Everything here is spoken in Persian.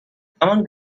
همان